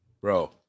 Bro